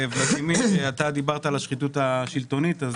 דיבר על השחיתות השלטונית.